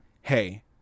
hey